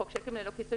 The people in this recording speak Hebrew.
חוק שיקים ללא כיסוי,